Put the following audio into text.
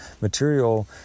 material